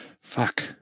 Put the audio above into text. Fuck